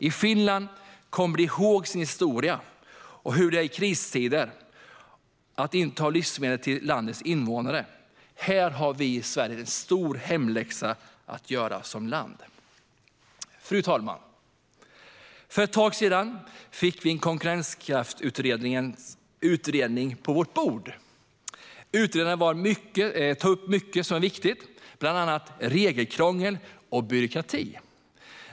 I Finland kan man sin historia och minns hur det är att i kristider inte ha livsmedel till landets invånare. Här har Sverige en stor hemläxa att göra. Fru talman! För ett tag sedan fick vi konkurrenskraftsutredarens utredning på bordet. Utredaren tar upp mycket som är viktigt, bland annat regelkrångel och byråkrati.